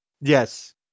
yes